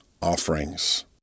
offerings